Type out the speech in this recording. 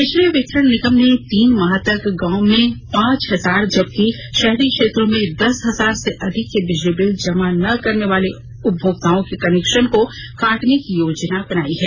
बिजली वितरण निगम ने तीन माह तक गांव में पांच हजार जबकि शहरी क्षेत्रों में दस हजार से अधिक के बिजली बिल जमा न करने वाले उपभोगक्ताओं के कनेक्शन काटने की योजना बनायी है